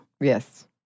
Yes